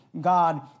God